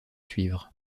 suivre